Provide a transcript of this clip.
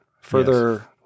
further